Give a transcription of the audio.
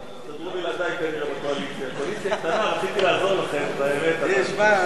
ההצעה להעביר את הצעת חוק פיקוח אלקטרוני על משוחררים בערובה ומשוחררים